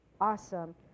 awesome